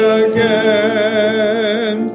again